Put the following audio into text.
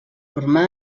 formà